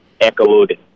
echoed